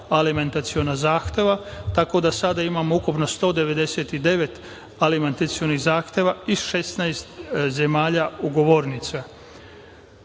alimentaciona zahteva, tako da sada imamo ukupno 199 alimentacionih zahteva i 16 zemalja